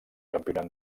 campionat